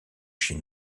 chez